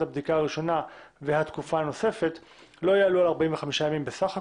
הבדיקה הראשונה והתקופה הנוספת לא יעלו על 45 ימים בסך הכול,